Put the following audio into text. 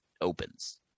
opens